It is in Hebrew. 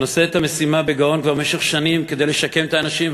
שנושא את המשימה בגאון כבר במשך שנים כדי לשקם את האנשים,